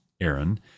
Aaron